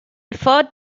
ford